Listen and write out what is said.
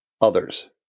others